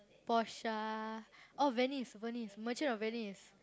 Portia oh Venice Venice Merchant-of-Venice